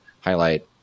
highlight